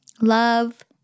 love